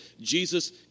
Jesus